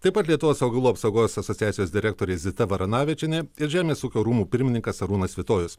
taip pat lietuvos augalų apsaugos asociacijos direktorė zita varanavičienė ir žemės ūkio rūmų pirmininkas arūnas svitojus